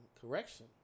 Correction